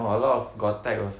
no a lot of got tech also